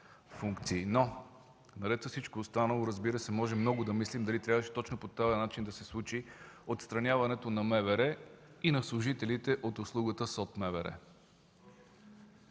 Наред с всичко останало обаче можем много да мислим дали трябваше точно по този начин да се случи отстраняването на МВР и на служителите от услугата СОД – МВР.